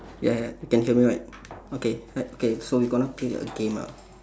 ya you can hear me right okay uh okay so we gonna play a game ah